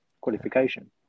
qualification